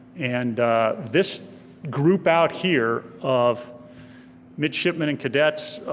and this group out here of midshipmen and cadets,